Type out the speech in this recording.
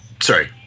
Sorry